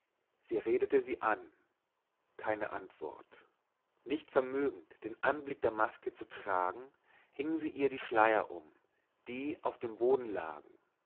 sie redete sie an keine antwort nicht vermögend den anblick der maske zu tragen hing sie ihr die schleier um die auf dem boden lagen